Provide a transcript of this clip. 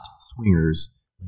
swingers